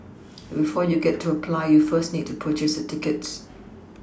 but before you get to apply you first need to purchase your tickets